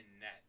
net